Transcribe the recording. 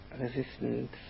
resistance